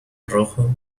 rojo